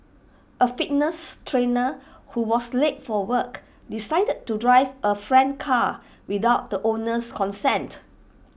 A fitness trainer who was late for work decided to drive A friend's car without the owner's consent